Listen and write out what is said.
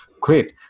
Great